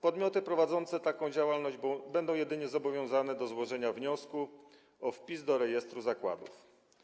Podmioty prowadzące taką działalność będą jedynie obowiązane do złożenia wniosku o wpis do rejestru zakładów.